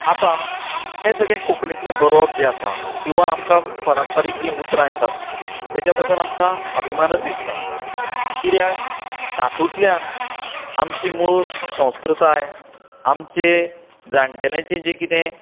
आतां हें सगळें कोंकणीतलें बरोवप जें आसा किंवां आमकां पारंपारिक जीं उतरां येतात तेज्या बद्दल आमकां अभिमानत दिसता कित्याक तातूंतल्यान आमची मूळ संस्कृताय आमचें जाण्टेल्यांचें जें कितें